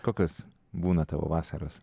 kokios būna tavo vasaros